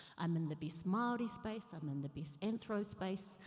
i'm in the best maori space, i'm in the best anthro space,